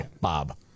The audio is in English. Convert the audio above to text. Bob